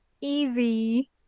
easy